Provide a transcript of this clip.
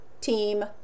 team